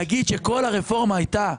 להגיד שכל הרפורמה הייתה